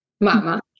mama